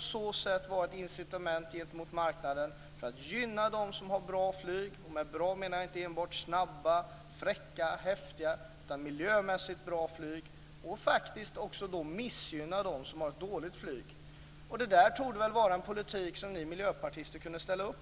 som ett incitament gentemot marknaden och för att gynna dem som har bra flyg - med bra flyg menar jag inte enbart snabba, fräcka och häftiga utan också miljömässigt bra flyg - och faktiskt också för att missgynna dem som har ett dåligt flyg. Detta torde väl vara en politik som ni miljöpartister skulle kunna ställa upp på.